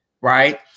right